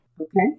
Okay